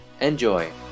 Enjoy